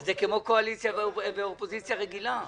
זה כמו קואליציה ואופוזיציה רגילה.